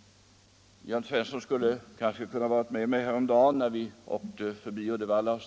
— Jörn Svensson kanske borde ha varit med mig häromdagen, när vi stannade till i Uddevalla